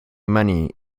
money